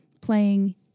playing